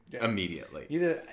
immediately